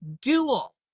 dual